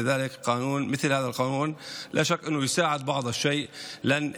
הם מתחת לקו העוני.